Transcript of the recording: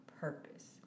purpose